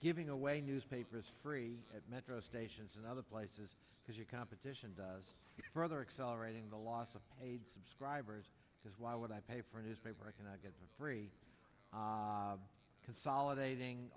giving away newspapers free at metro stations and other places because your competition does it further accelerating the loss of paid subscribers because why would i pay for a newspaper i cannot get free consolidating